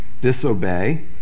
disobey